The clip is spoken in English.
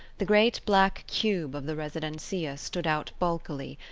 the great black cube of the residencia stood out bulkily,